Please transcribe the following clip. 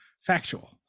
factual